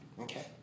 Okay